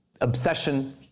obsession